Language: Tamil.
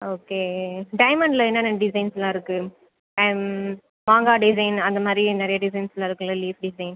ஓகே டைமண்ட்டில் என்னென்ன டிசைன்ஸ்லாம் இருக்கு அண்ட் மாங்காய் டிசைன் அந்த மாதிரி நிறைய டிசைன்ஸ்லாம் இருக்குல்ல லீஃப் டிசைன்